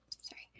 sorry